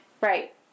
Right